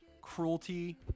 cruelty